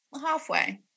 halfway